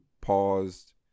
paused